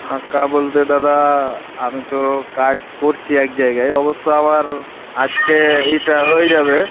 ফাঁকা বলতে দাদা আমি তো কাজ করছি এক জায়গায় অবশ্য আবার আজকে এইটা হয়ে যাবে